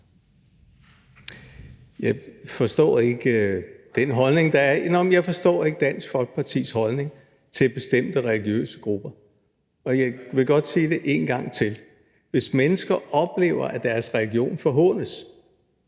Jeg forstår ikke den holdning, der udtrykkes her. Jeg forstår ikke Dansk Folkepartis holdning til bestemte religiøse grupper, og jeg vil godt sige det her en gang til: Mennesker, der oplever, at deres religion forhånes